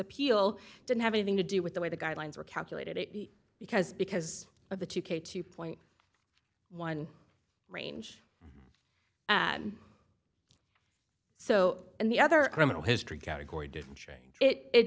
appeal didn't have anything to do with the way the guidelines were calculated it because because of the two k two point one range so the other criminal history category